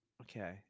okay